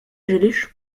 želiš